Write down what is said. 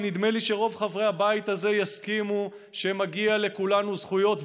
כי נדמה לי שרוב חברי הבית הזה יסכימו שמגיע לכולנו זכויות,